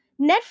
Netflix